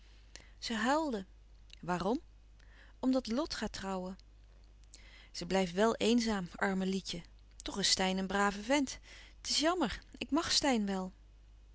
ze huilde waarom omdat lot gaat trouwen ze blijft wel eenzaam arme lietje toch is steyn een brave vent het is jammer ik mag steyn wel